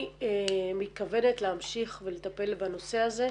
אני מתכוונת להמשיך ולטפל בנושא הזה,